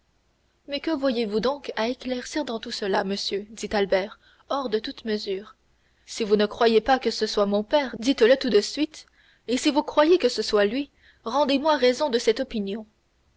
mais que voyez-vous donc à éclaircir dans tout cela monsieur dit albert hors de toute mesure si vous ne croyez pas que ce soit mon père dites-le tout de suite si vous croyez que ce soit lui rendez-moi raison de cette opinion